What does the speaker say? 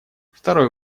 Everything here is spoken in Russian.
второй